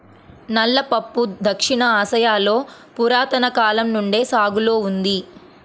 నల్ల పప్పు దక్షిణ ఆసియాలో పురాతన కాలం నుండి సాగులో ఉంది